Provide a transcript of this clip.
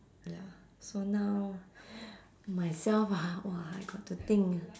ya so now myself ah !wah! I got to think